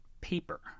paper